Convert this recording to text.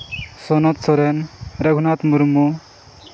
Sanat Soren Raghunath Murmu